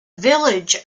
village